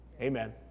Amen